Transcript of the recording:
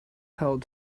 held